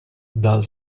dal